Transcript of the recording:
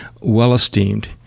well-esteemed